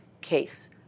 case